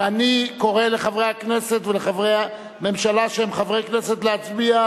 ואני קורא לחברי הכנסת ולחברי הממשלה שהם חברי כנסת להצביע.